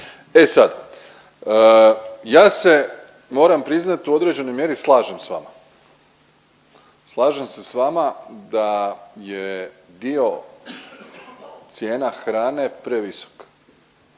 E sad, ja se moram priznat u određenoj mjeri slažem s vama. Slažem se s vama da je dio cijena hrane previsok